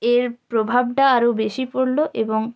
এর প্রভাবটা আরও বেশি পড়লো এবং